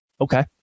Okay